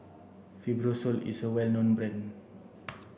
Fibrosol is a well known brand